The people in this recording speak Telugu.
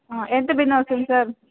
ఎంత బిన్నా అవుతుంది సార్